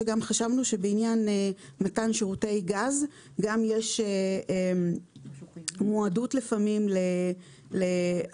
שגם חשבנו שבעניין מתן שירותי גז יש לפעמים מועדות לחוסר